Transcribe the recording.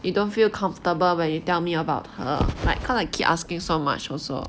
you don't feel comfortable when you tell me about her like because I keep asking so much also